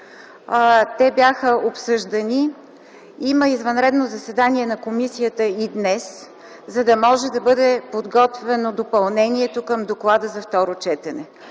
комисия. Има извънредно заседание на комисията и днес, за да може да бъде подготвено допълнение към доклада за второ четене.